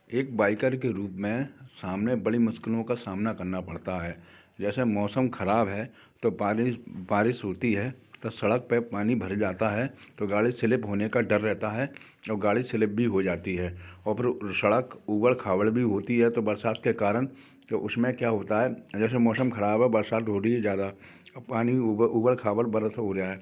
एक बाइकर के रूप में सामने बड़ी मुश्किलों का सामना करना पड़ता है जैसे मौसम ख़राब है तो बारिश बारिश होती है तो सड़क पे पानी भर जाता है तो गाड़ी सिलिप होने का डर रहता है और गाड़ी स्लिप भी हो जाती है और फिर सड़क ऊबड़ खाबड़ भी होती है तो बरसात के कारण फिर उस में क्या होता है जैसे मौसम ख़राब है बरसात होती है ज़्यादा और पानी ऊबड़ खाबड़ बरस हो रहा है